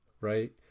right